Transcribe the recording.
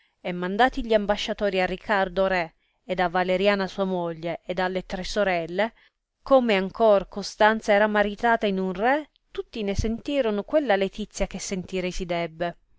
e mandati gli ambasciatori a ricardo re ed a valeriana sua moglie ed alle tre sorelle come ancor costanza era maritata in un re tutti ne sentirono quella letizia che sentire si debbe